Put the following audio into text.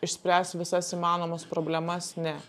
išspręs visas įmanomas problemas ne